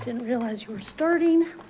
didn't realize you were starting.